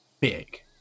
big